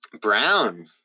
Brown